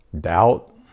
doubt